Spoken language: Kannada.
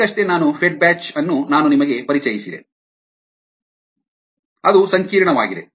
ಈಗಷ್ಟೇ ನಾನು ಫೆಡ್ ಬ್ಯಾಚ್ ಅನ್ನು ನಾನು ನಿಮಗೆ ಪರಿಚಯಿಸಿದೆ ಅದು ಸಂಕೀರ್ಣವಾಗಿದೆ